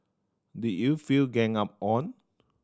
did you feel ganged up on